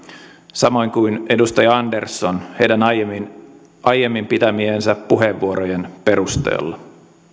samoin kuin edustaja andersson heidän aiemmin aiemmin pitämiensä puheenvuorojen perusteella